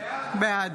בעד